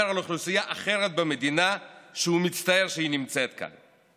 על אוכלוסייה אחרת במדינה שהוא מצטער שהיא נמצאת כאן.